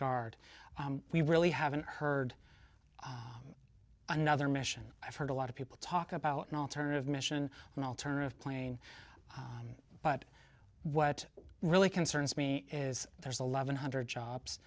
guard we really haven't heard another mission i've heard a lot of people talk about an alternative mission an alternative plane but what really concerns me is there's a leaven hundred jobs